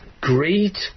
great